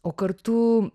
o kartu